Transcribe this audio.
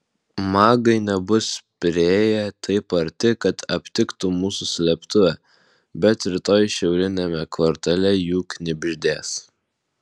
magai nebus priėję taip arti kad aptiktų mūsų slėptuvę bet rytoj šiauriniame kvartale jų knibždės